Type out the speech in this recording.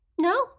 no